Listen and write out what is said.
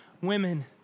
women